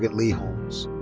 but lee holmes.